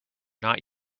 not